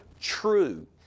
true